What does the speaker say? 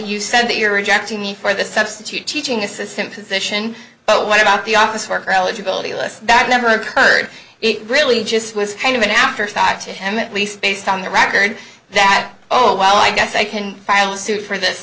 you said that you're rejecting me for this substitute teaching assistant position but what about the office worker eligibility list that never occurred it really just was kind of an afterthought to him at least based on the record that oh well i guess i can file a suit for this